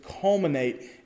culminate